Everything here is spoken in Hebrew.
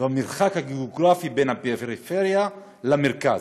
והמרחק הגאוגרפי בין הפריפריה למרכז.